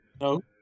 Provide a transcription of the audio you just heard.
No